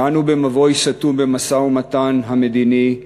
כשאנו במבוי סתום במשא-ומתן המדיני,